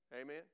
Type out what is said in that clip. Amen